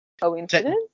Coincidence